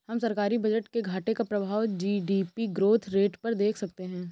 हम सरकारी बजट में घाटे का प्रभाव जी.डी.पी ग्रोथ रेट पर देख सकते हैं